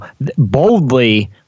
boldly